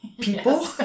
People